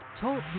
Talk